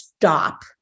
stop